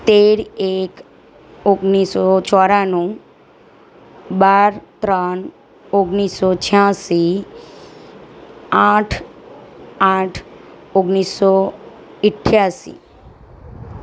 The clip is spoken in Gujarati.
તેર એક ઓગણીસસો ચોરાણું બાર ત્રણ ઓગણીસસો છ્યાંસી આઠ આઠ ઓગણીસસો અઠ્યાસી